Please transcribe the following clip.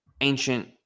ancient